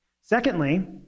Secondly